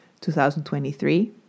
2023